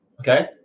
okay